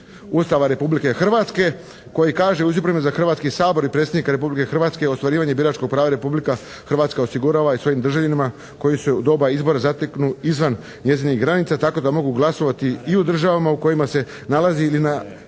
Ustava Republike Hrvatske koji kaže, u izborima za Hrvatski sabor i Predsjednika Republike Hrvatske ostvarivanje biračkog prava Republika Hrvatska osigurava i svojim državljanima koji se u doba izbora zateknu izvan njezinih granica, tako da mogu glasovati i u državama u kojima se nalazi ili na